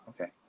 Okay